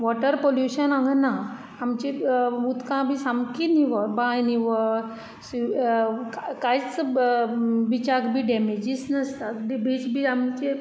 water pollution हांगा ना आमचीं उदकां बीन सामकी निवळ बांय निवळ स्वि कांयच बिचाक बी डेमेजीस नासतात बीच बी आमचे